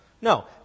No